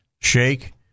shake